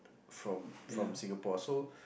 from from Singapore so